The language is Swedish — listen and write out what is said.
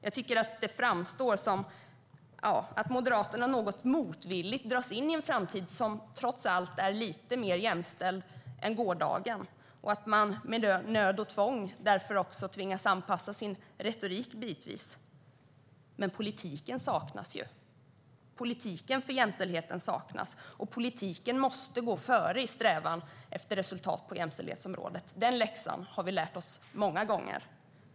Jag tycker att det framstår som att Moderaterna något motvilligt dras in i en framtid som trots allt är lite mer jämställd än gårdagen och att de därför är nödda och tvungna att bitvis anpassa sin retorik. Men politiken saknas. Politiken för jämställdheten saknas, och politiken måste gå före i strävan efter resultat på jämställdhetsområdet. Den läxan har vi lärt oss många gånger.